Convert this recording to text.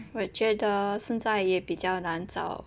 我觉得现在有比较难找